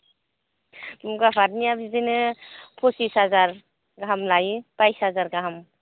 मुगा फातनिया बिदिनो पसिस हाजार गाहाम लायो बाइस हाजार गाहाम